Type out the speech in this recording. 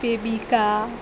बिबिका